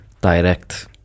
direct